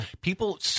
people